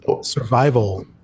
Survival